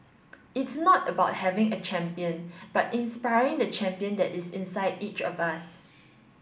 it's not about having a champion but inspiring the champion that is inside each of us